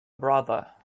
brother